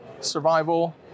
survival